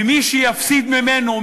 ומי שיפסיד ממנו,